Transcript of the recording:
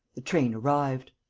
the train arrived.